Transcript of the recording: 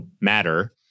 matter